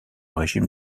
régime